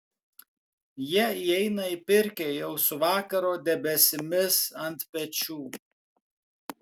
jie įeina į pirkią jau su vakaro debesimis ant pečių